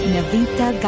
Navita